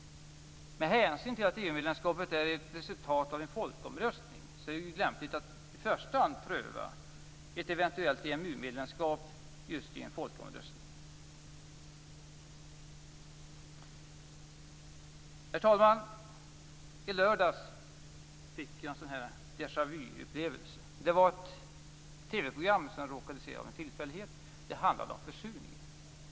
Med hänsyn till att EU-medlemskapet är ett resultat av en folkomröstning är det lämpligt att i första hand pröva ett eventuellt EMU-medlemskap just i en folkomröstning. Herr talman! I lördags fick jag en deja vu-upplevelse. Jag råkade av en tillfällighet se ett TV program. Det handlade om försurning.